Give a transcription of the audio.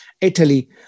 Italy